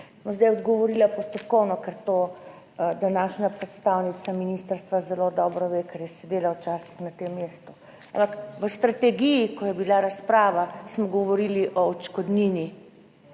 zdaj odgovorila postopkovno, ker to današnja predstavnica ministrstva zelo dobro ve, ker je sedela včasih na tem mestu, ampak v strategiji, ko je bila razprava, smo govorili o odškodnini.